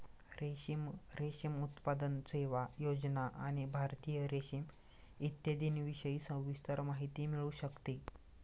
रेशीम, रेशीम उत्पादन, सेवा, योजना आणि भारतीय रेशीम इत्यादींविषयी सविस्तर माहिती मिळू शकते